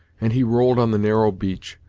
and he rolled on the narrow beach,